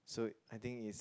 so I think is